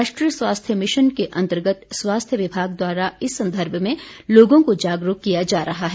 राष्ट्रीय स्वास्थ्य मिशन के अंतर्गत स्वास्थ्य विभाग द्वारा इस संदर्भ में लोगों को जागरूक किया जा रहा है